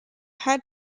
had